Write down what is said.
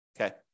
okay